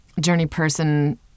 journeyperson